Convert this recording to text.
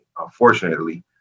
Unfortunately